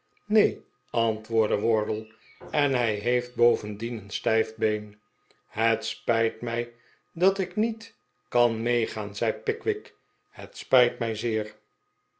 neen antwoordde wardle en hij heeft bovendien een stijf been het spijt mij dat ik niet kan meegaan zei pickwick het spijt mij zeer